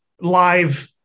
live